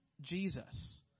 Jesus